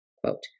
Quote